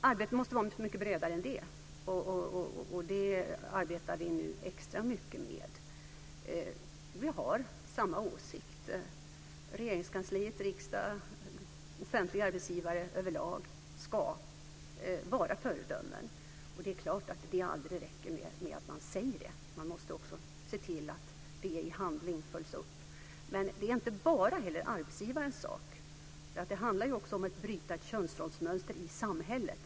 Arbetet måste vara så mycket bredare än så. Det arbetar vi nu extra mycket med. Vi har samma åsikt. Regeringskansliet, riksdag och offentliga arbetsgivare överlag ska vara föredömen. Det är klart att det aldrig räcker med att säga så, man måste också se till att dessa ord följs upp i handling. Men det är inte bara arbetsgivarens sak. Det handlar om att bryta ett könsrollsmönster i samhället.